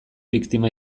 biktima